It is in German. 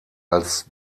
als